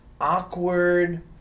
awkward